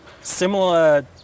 similar